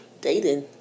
dating